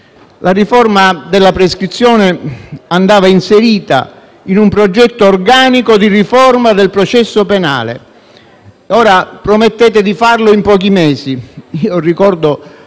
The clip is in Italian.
La riforma della prescrizione andava inserita in un progetto organico di riforma del processo penale, che ora promettete di fare in pochi mesi. Io ricordo